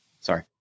Sorry